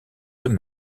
d’eux